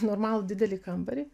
normalų didelį kambarį